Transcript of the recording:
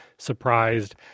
Surprised